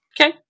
Okay